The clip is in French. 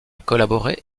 collaboré